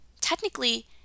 technically